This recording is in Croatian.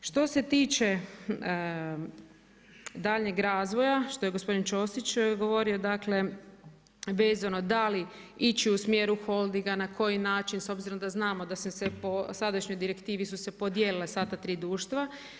Što se tiče daljnjeg razvoja, što je gospodin Ćosić govorio, dakle, vezano da li ići u smjeru holdinga, na koji način, s obzirom da znamo, da su se, po sadašnjoj direktivi su se podijelile sva ta 3 društva.